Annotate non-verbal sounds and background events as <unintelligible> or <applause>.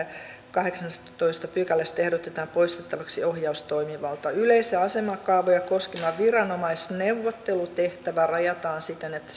kahdeksannestatoista pykälästä ehdotetaan poistettavaksi ohjaustoimivalta yleis ja asemakaavoja koskeva viranomaisneuvottelutehtävä rajataan siten että <unintelligible>